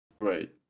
right